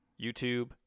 YouTube